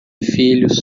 filhos